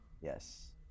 yes